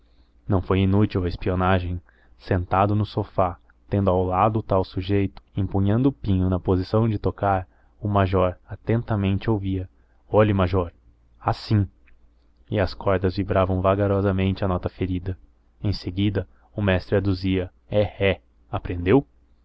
não foi inútil a espionagem sentado no sofá tendo ao lado o tal sujeito empunhando o pinho na posição de tocar o major atentamente ouvia olhe major assim e as cordas vibravam vagarosamente a nota ferida em seguida o mestre aduzia é ré aprendeu